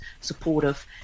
supportive